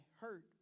hurt